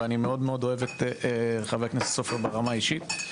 ואני מאוד מאוד אוהב את חבר הכנסת סופר ברמה האישית,